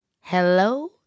hello